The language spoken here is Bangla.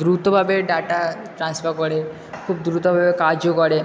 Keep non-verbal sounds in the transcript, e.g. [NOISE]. দ্রুতভাবে ডাটা ট্রান্সফার করে [UNINTELLIGIBLE] খুব দ্রুতভাবে কাজও করে